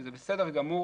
וזה בסדר גמור,